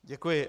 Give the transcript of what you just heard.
Děkuji.